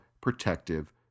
Protective